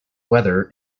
weather